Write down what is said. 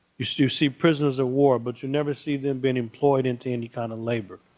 you see you see prisoners of war, but you never see them being employed into any kind of labor.